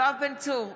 יואב בן צור,